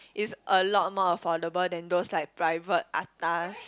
is a lot more affordable than those like private atas